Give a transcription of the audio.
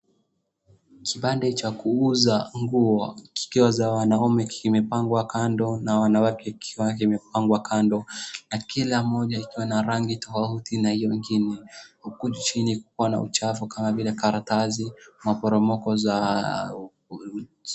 Kipande cha kuuza nguo kikiwa za wanaume kimepangwa kando na wanawake kikiwa kimepangwa kando na kila moja ikiwa na rangi tofauti na hiyo ingine huku chini kukiwa na uchafu kama vile karatasi, maporomoko za...